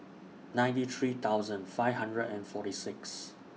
ninety three thousand five hundred and forty six